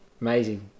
amazing